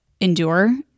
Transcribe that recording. endure